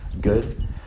good